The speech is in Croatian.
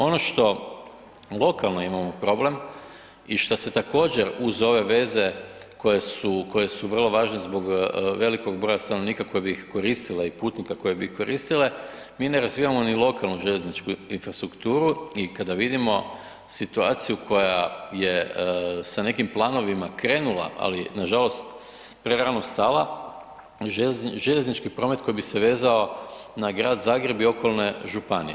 Ono što lokalno imamo problem i šta se također uz ove veze koje su vrlo važne zbog velikog broja stanovnika koje bi ih koristile i putnika koje bi ih koristile, mi ne razvijamo ni lokalnu željezničku infrastrukturu i kada vidimo situaciju koja je sa nekim planovima krenula ali nažalost prerano stala, željeznički promet koji bi se vezao na grad Zagreb i okolne županije.